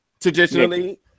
Traditionally